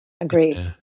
Agreed